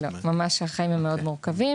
לא, החיים הם מאוד מורכבים.